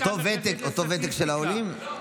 אותו ותק של העולים?